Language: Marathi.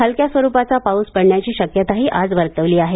हलक्या स्वरूपाचा पाऊस पडण्याची शक्यताही आज वर्तवली आहे